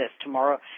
tomorrow